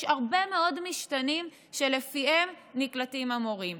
יש הרבה מאוד משתנים שלפיהם נקלטים המורים.